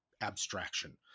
abstraction